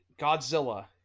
Godzilla